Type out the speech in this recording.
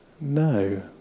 No